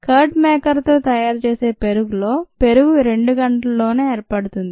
curd maker తో తయారు చేసే సమయంలో పెరుగు 2 గంటలలోగా ఏర్పడుతుంది